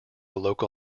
local